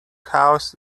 house